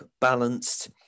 balanced